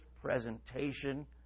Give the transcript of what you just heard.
presentation